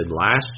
last